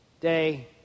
day